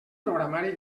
programari